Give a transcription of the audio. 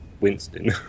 Winston